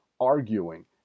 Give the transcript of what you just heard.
arguing